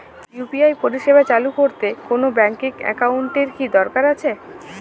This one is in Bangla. ইউ.পি.আই পরিষেবা চালু করতে কোন ব্যকিং একাউন্ট এর কি দরকার আছে?